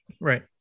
Right